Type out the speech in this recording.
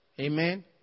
Amen